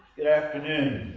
good afternoon.